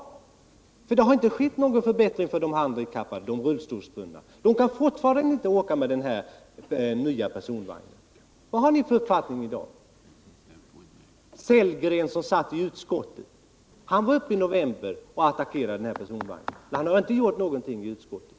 Det har nämligen inte skett någon förbättring för de rullstolsbundna och andra handikappade. De kan fortfarande inte åka med den här nya personvagnen. Vad har ni för uppfattning i dag? Herr Sellgren t.ex. var i november uppe och attackerade den här personvagnen, men nu har han inte gjort någonting i utskottet.